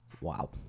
Wow